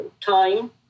time